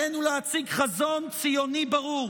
עלינו להציג חזון ציוני ברור,